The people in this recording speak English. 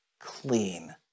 clean